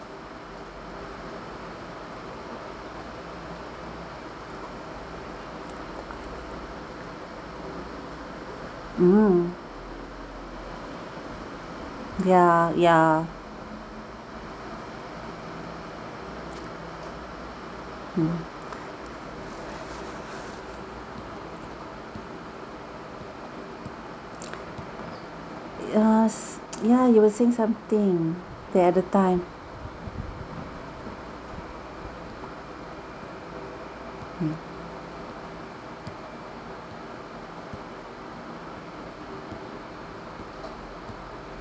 mm ya ya mm ya ya you were saying something the other time